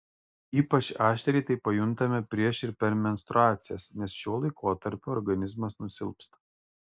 ypač aštriai tai pajuntame prieš ir per menstruacijas nes šiuo laikotarpiu organizmas nusilpsta